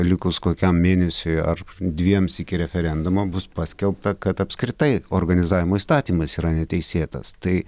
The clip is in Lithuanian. likus kokiam mėnesiui ar dviems iki referendumo bus paskelbta kad apskritai organizavimo įstatymas yra neteisėtas tai